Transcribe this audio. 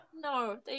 No